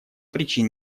причин